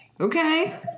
Okay